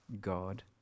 God